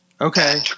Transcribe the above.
Okay